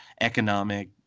economic